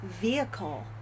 vehicle